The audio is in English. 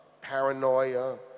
paranoia